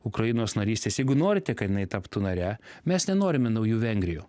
ukrainos narystės jeigu norite kad jinai taptų nare mes nenorime naujų vengrijų